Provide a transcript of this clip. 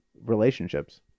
relationships